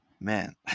Man